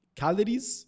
calories